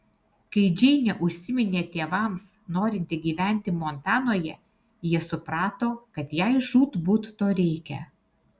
kai džeinė užsiminė tėvams norinti gyventi montanoje jie suprato kad jai žūtbūt to reikia